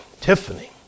Tiffany